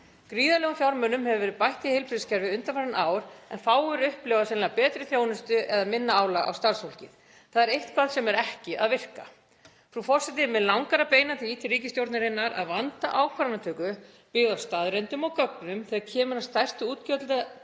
Gríðarlegum fjármunum hefur verið bætt í heilbrigðiskerfið undanfarin ár en fáir upplifa sennilega betri þjónustu eða minna álag á starfsfólkið. Það er eitthvað sem er ekki að virka. Frú forseti. Mig langar að beina því til ríkisstjórnarinnar að vanda ákvarðanatöku og byggja á staðreyndum og gögnum þegar kemur að stærstu útgjaldaliðum